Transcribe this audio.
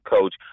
coach